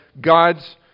God's